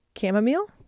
chamomile